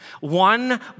One